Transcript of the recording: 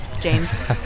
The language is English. James